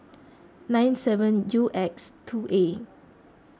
nine seven U X two A